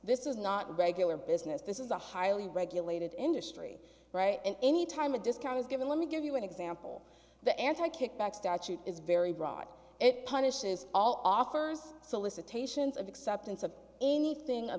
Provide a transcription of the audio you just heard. this is not regular business this is a highly regulated industry and any time a discount is given let me give you an example the anti kickback statute is very broad it punishes all offers solicitations of acceptance of anything